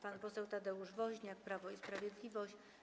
Pan poseł Tadeusz Woźniak, Prawo i Sprawiedliwość.